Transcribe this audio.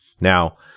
Now